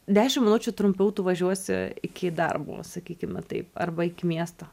dešim minučių trumpiau tu važiuosi iki darbo sakykime taip arba iki miesto